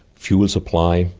fuel supply,